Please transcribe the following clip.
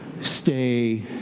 stay